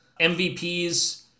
MVPs